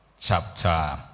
Chapter